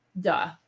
Duh